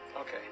Okay